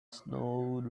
snowed